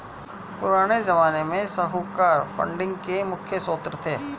पुराने ज़माने में साहूकार फंडिंग के मुख्य श्रोत थे